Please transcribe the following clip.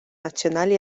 nazzjonali